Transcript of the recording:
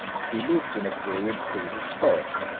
he lived in a period prehistoric,